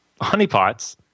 honeypots